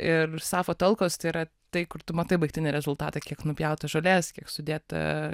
ir sapfo talkos tai yra tai kur tu matai baigtinį rezultatą kiek nupjautos žolės kiek sudėta